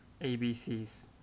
ABCs